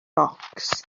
bocs